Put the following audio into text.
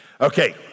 Okay